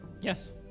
Yes